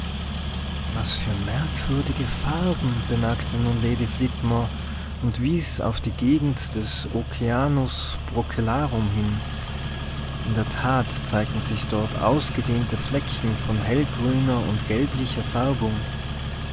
was für merkwürdige farben bemerkte nun lady flitmore und wies auf die gegend des oceanus procellarum hin in der tat zeigten sich dort ausgedehnte flecken von hellgrüner und gelblicher färbung